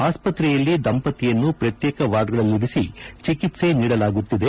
ಆಸ್ಪತ್ರೆಯಲ್ಲಿ ದಂಪತಿಯನ್ನು ಪ್ರತ್ಯೇಕ ವಾರ್ಡ್ಗಳಲ್ಲಿರಿಸಿ ಚಿಕಿತ್ಪೆ ನೀಡಲಾಗುತ್ತಿದೆ